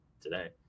today